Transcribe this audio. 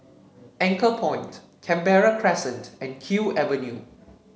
Anchorpoint Canberra Crescent and Kew Avenue